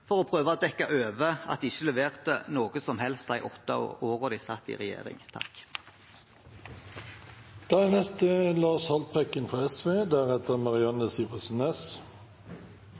for å prøve å dekke over at de ikke leverte noe som helst de åtte årene de satt i regjering. Det er